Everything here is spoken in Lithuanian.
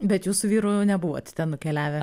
bet jus su vyru nebuvot ten nukeliavę